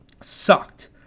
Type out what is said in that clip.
sucked